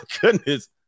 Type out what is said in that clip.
goodness